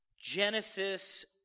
Genesis